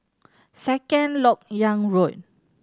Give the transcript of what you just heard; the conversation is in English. Second Lok Yang Road